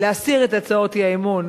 להסיר את הצעות האי-אמון